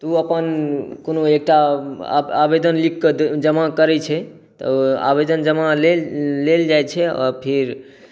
तऽ ओ अपन कोनो एकटा आवेदन लिखिकऽ जमा करै छै तऽ आवेदन जमा लेल लेल जाइ छइ फेर